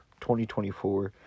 2024